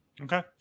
Okay